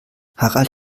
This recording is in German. harald